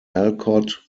alcott